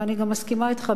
ואני גם מסכימה אתך,